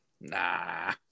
nah